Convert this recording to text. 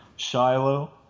Shiloh